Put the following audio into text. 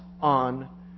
on